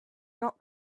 not